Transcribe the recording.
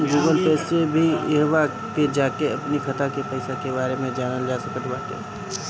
Google Pay से भी इहवा पे जाके अपनी खाता के पईसा के बारे में जानल जा सकट बाटे